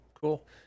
cool